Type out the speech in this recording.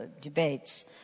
debates